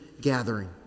gathering